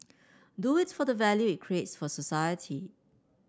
do it for the value it creates for society